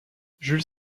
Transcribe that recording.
jules